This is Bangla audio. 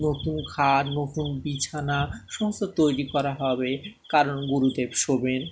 নতুন খাট নতুন বিছানা সমস্ত তৈরি করা হবে কারণ গুরুদেব শোবেন